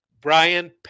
Brian